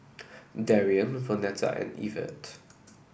Darrien Vonetta and Evert